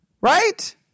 right